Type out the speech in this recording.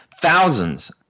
thousands